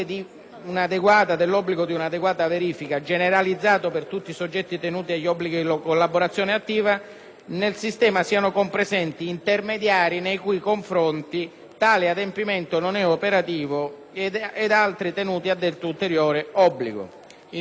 nel sistema siano compresenti intermediari nei cui confronti tale adempimento non è operativo ed altri tenuti a detto ulteriore obbligo. In altri termini, l'emendamento 37.101, da noi presentato, serve ad eliminare l'assurdo in forza del quale